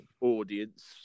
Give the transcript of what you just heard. audience